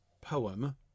poem